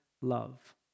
love